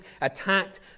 attacked